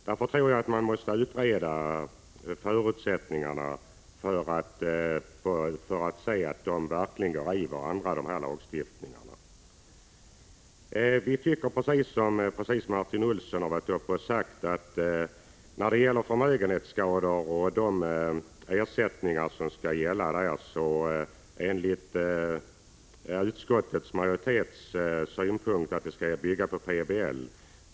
Därför tror jag att man måste utreda förutsättningarna för en samordning av dessa lagstiftningar. Vi har samma uppfattning som Martin Olsson här har redovisat när det gäller ersättning vid förmögenhetsskador. Enligt utskottsmajoriteten skall denna ersättning bygga på PBL.